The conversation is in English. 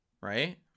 right